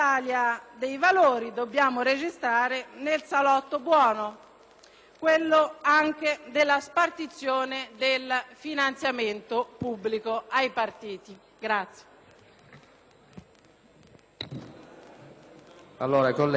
quello anche della spartizione del finanziamento pubblico ai partiti.